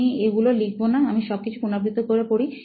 আমি এগুলো লিখবো না আমি সবকিছু পুনরাবৃত্তি করে পড়ি